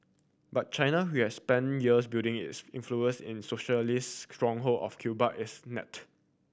but China who has spent years building its influence in socialist stronghold of Cuba is net